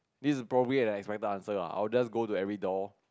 this is probably the expected answer lah I'll just go to every door